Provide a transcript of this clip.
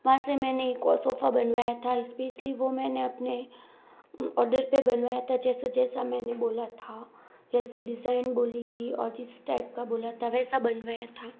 वहाँ से मैंने एक सोफा बनवाया था इसपेस्ली वो मैंने अपने ऑर्डर पर बनवाया था जैसा जैसा मैंने बोला था जैसी डिज़ाइन बोली थी और जिस टाइप का बोला था वैसा बनवाया था